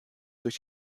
durch